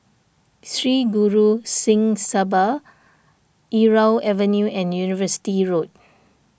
Sri Guru Singh Sabha Irau Avenue and University Road